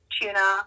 tuna